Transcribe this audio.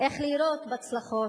איך לירות בצלחות,